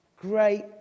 Great